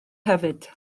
hefyd